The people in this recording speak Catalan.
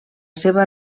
seva